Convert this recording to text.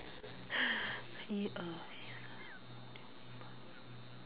一二：yi er